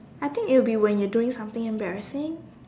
I think it'll be when you're doing something embarrassing